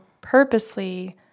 purposely